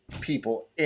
people